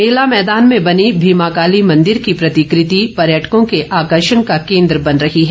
मेला मैदान में बनी भीमाकाली मंदिर की प्रतिकृति पर्यटको के आकर्षण का केन्द्र बन रही है